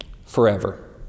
forever